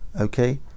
okay